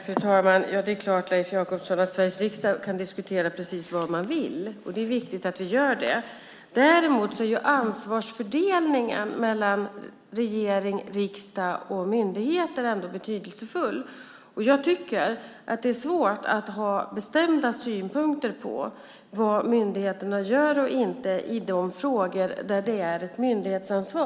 Fru talman! Det är klart att Sveriges riksdag kan diskutera precis vad man vill, Leif Jakobsson. Det är viktigt att vi gör det. Ansvarsfördelningen mellan regering, riksdag och myndigheter är ändå betydelsefull. Jag tycker att det är svårt att ha bestämda synpunkter på vad myndigheterna gör och inte gör i de frågor där det finns ett myndighetsansvar.